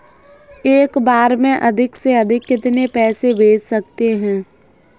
एक बार में अधिक से अधिक कितने पैसे भेज सकते हैं?